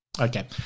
Okay